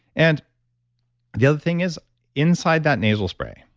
and the other thing is inside that nasal spray,